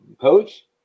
coach